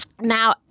now